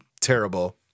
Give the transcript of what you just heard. terrible